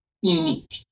unique